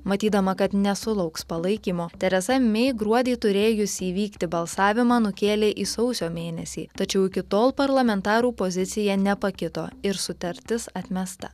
matydama kad nesulauks palaikymo tereza mei gruodį turėjusį įvykti balsavimą nukėlė į sausio mėnesį tačiau iki tol parlamentarų pozicija nepakito ir sutartis atmesta